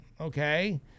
okay